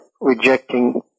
rejecting